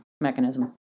mechanism